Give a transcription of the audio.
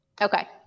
Okay